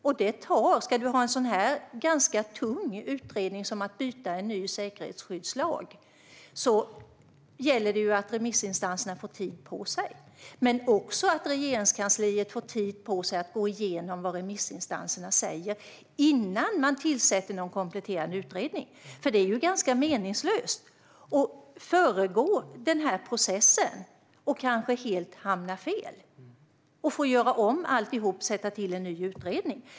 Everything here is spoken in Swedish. Och när det är en ganska tung utredning som handlar om en ny säkerhetsskyddslag gäller det att remissinstanserna får tid på sig men också att Regeringskansliet får tid på sig att gå igenom vad remissinstanserna säger innan man tillsätter någon kompletterande utredning. Det är nämligen ganska meningslöst att föregripa den processen och kanske hamna helt fel och få göra om alltihop och tillsätta en ny utredning.